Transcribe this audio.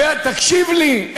תקשיב לי,